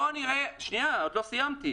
שנייה, עוד לא סיימתי.